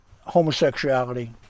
homosexuality